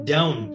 Down